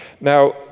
Now